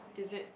is it